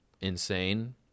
insane